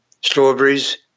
strawberries